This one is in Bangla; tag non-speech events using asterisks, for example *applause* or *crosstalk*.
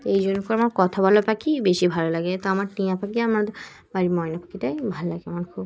এই জন্য *unintelligible* আমার কথা বলা পাখি বেশি ভালো লাগে তো আমার টিয়া পাখি আমার বাড়ির ময়না পাখিটাই ভালো লাগে আমার খুব